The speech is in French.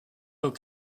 aux